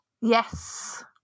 Yes